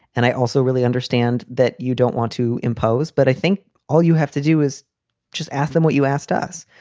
and i also really understand that you don't want to impose. but i think all you have to do is just ask them what you asked us.